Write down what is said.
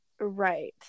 Right